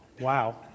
Wow